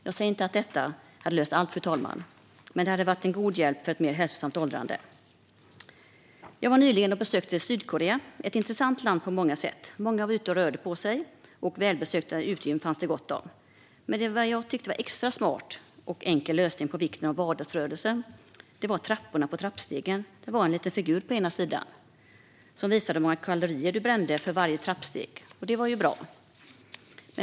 Jag säger inte att detta hade löst allt, fru talman, men det hade varit en god hjälp för ett mer hälsosamt åldrande. Jag besökte nyligen Sydkorea. Det är ett intressant land på många sätt. Många var ute och rörde på sig, och välbesökta utegym fanns det gott om. Men det som jag tyckte var ett extra smart och enkelt sätt att visa på vikten av vardagsrörelse var att det på trappstegen i trapporna fanns en liten figur som visade hur många kalorier man brände för varje trappsteg.